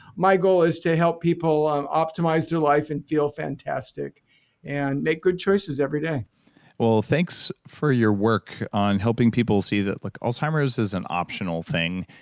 my goal is to help people optimize their life and feel fantastic and make good choices every day well, thanks for your work on helping people see that like alzheimer's is an optional thing.